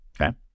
okay